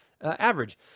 average